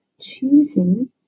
choosing